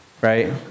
right